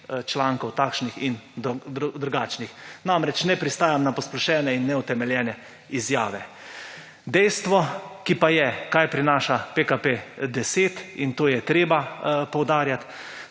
člankov, takšnih in drugačnih. Namreč ne pristajam na posplošene in neutemeljene izjave. Dejstvo, ki pa je, kaj prinaša PKP10, in to je treba poudarjati.